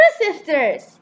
Sisters